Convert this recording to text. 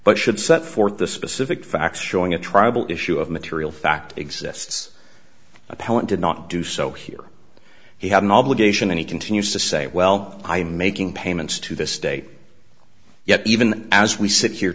but should set forth the specific facts showing a tribal issue of material fact exists appellant did not do so here he had an obligation and he continues to say well i am making payments to this state yet even as we sit here